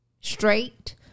straight